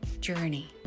journey